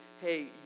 hey